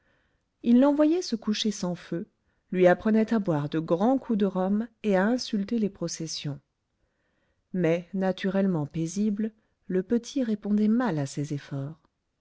il l'envoyait se coucher sans feu lui apprenait à boire de grands coups de rhum et à insulter les processions mais naturellement paisible le petit répondait mal à ses efforts